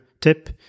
tip